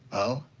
oh?